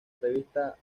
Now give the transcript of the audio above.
revista